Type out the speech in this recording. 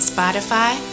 Spotify